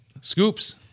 Scoops